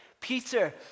Peter